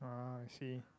uh I see